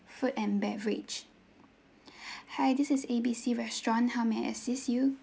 food and beverage hi this is A B C restaurant may I assist you